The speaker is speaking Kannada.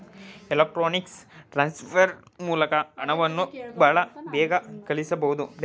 ಎಲೆಕ್ಟ್ರೊನಿಕ್ಸ್ ಟ್ರಾನ್ಸ್ಫರ್ ಮೂಲಕ ಹಣವನ್ನು ಬಹಳ ಬೇಗ ಕಳಿಸಬಹುದು